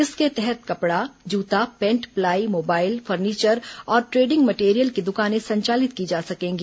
इसके तहत कपड़ा जूता पेंट प्लाई मोबाइल फर्नीचर और ट्रेडिंग मेटरियल की दुकानें संचालित की जा सकेंगी